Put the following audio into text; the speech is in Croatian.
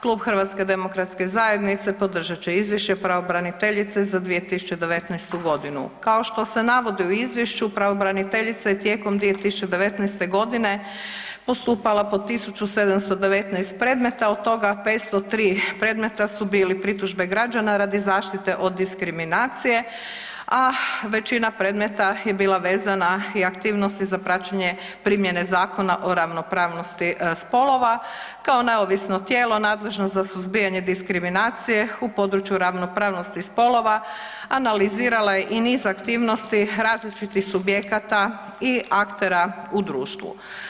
Klub HDZ-a podržat će izvješće pravobraniteljice za 2019.g. Kao što se navodi u izvješću pravobraniteljica je tijekom 2019.g. postupala po 1719 predmeta, od toga 503 predmeta su bili pritužbe građana radi zaštite od diskriminacije, a većina predmeta je bila vezana i aktivnosti za praćenje primjene Zakona o ravnopravnosti spolova, kao neovisno tijelo nadležno za suzbijanje diskriminacije u području ravnopravnosti spolova analizirala je i niz aktivnosti različitih subjekata i aktera u društvu.